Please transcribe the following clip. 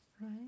right